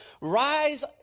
rise